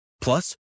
Plus